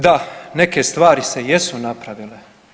Da, neke stvari se jesu napravile.